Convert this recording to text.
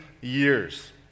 years